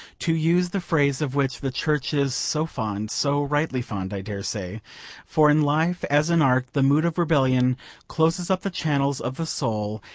to use the phrase of which the church is so fond so rightly fond, i dare say for in life as in art the mood of rebellion closes up the channels of the soul,